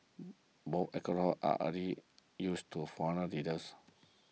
both accolades are hardly used to foreign leaders